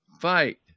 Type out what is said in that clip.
fight